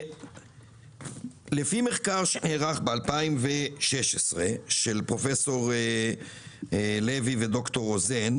לפי מחקר שנערך ב-2016 של פרופסור לוי וד"ר רוזן,